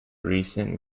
recent